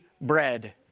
bread